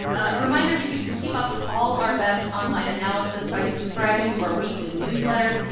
a reminder that you can keep up with all our best online analysis by subscribing to our weekly newsletter.